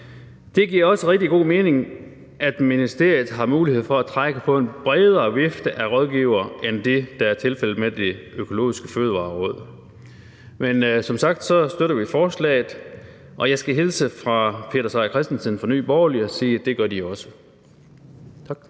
Det giver også rigtig god mening, at ministeriet har mulighed for at trække på en bredere vifte af rådgivere end den, der er tilfældet med Det Økologiske Fødevareråd. Men som sagt støtter vi forslaget. Og jeg skal hilse fra hr. Peter Seier Christensen fra Nye Borgerlige og sige, at det gør de også. Tak.